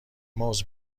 موز